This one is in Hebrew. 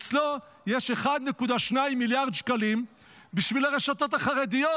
אצלו יש 1.2 מיליארד שקלים בשביל הרשתות החרדיות,